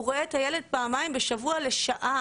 הוא רואה את הילד פעמיים בשבוע לשעה.